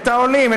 את העולים,